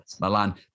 Milan